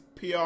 PR